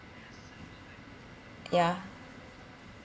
yeah